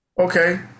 Okay